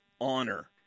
honor